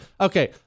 Okay